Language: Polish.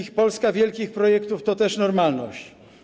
Tak, Polska wielkich projektów to też normalność.